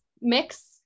mix